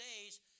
days